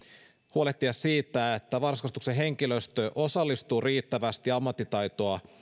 huolehtia siitä että varhaiskasvatuksen henkilöstö osallistuu riittävästi ammattitaitoa